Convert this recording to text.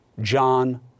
John